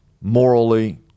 morally